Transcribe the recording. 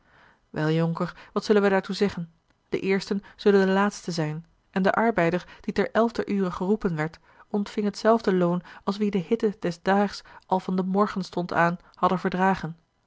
wel jonker wat zullen wij daartoe zeggen de eersten zullen de laatsten zijn en de arbeider die ter elfder ure geroepen werd ontving hetzelfde loon als wie de hitte des daags al van den morgenstond aan hadden verdragen